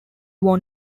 won